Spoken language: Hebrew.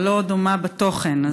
אבל לא דומה בתוכן,